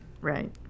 Right